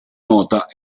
nota